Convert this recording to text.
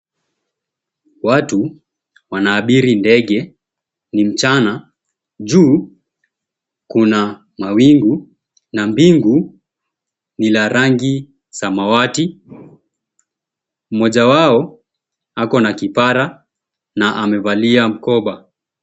Watu wanaabiri ndege. Ni mchana. Juu kuna mawingu na mbingu ni la rangi samawati. Mmoja wao akona kipara na amevalia mkoba.